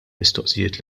mistoqsijiet